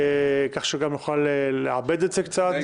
כך שגם נוכל לעבד את זה קצת.